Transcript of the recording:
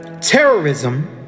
Terrorism